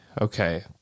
okay